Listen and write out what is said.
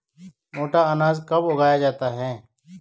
मोटा अनाज कब उगाया जाता है?